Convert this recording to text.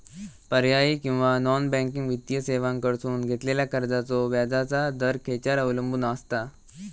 पर्यायी किंवा non banking वित्तीय सेवांकडसून घेतलेल्या कर्जाचो व्याजाचा दर खेच्यार अवलंबून आसता?